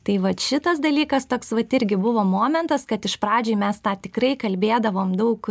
tai vat šitas dalykas toks vat irgi buvo momentas kad iš pradžiai mes tą tikrai kalbėdavom daug